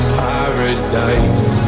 paradise